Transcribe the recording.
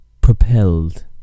propelled